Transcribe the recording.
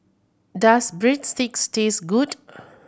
does Breadsticks taste good